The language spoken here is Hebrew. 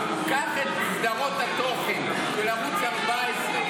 קח את סדרות התוכן של ערוץ 11,